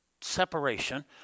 separation